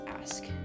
ask